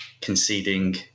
conceding